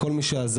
לכל מי שעזר,